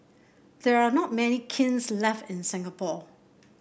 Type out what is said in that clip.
there are not many kilns left in Singapore